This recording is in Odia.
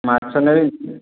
ମାଛ ନେବେ ନାହିଁ କି